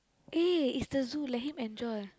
eh is the zoo let him enjoy